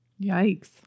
Yikes